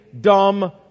dumb